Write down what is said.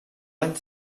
anys